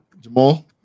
Jamal